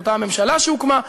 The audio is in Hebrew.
אותה ממשלה שהוקמה,